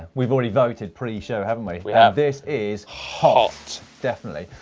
we've already voted pre show, haven't we. we have. this is hot. definitely.